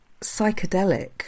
psychedelic